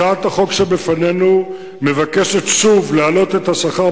הצעת החוק שלפנינו מבקשת שוב להעלות את השכר,